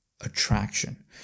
attraction